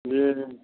जी